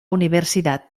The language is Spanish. universidad